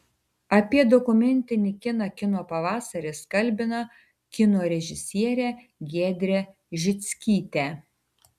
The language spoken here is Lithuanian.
apie dokumentinį kiną kino pavasaris kalbina kino režisierę giedrę žickytę